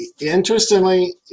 Interestingly